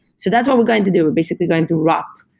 so that's what we're going to do. we're basically going to rock.